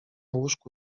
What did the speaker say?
łóżku